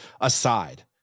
aside